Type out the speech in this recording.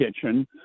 kitchen